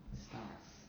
stars